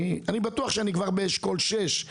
אני בטוח שאני כבר באשכול 6,